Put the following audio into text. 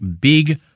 Big